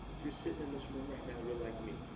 if you're sitting in this room right now, you're like me.